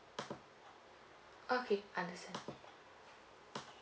okay understand